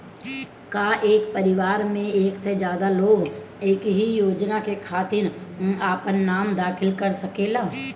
का एक परिवार में एक से ज्यादा लोग एक ही योजना के खातिर आपन नाम दाखिल करा सकेला?